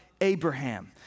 Abraham